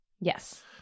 Yes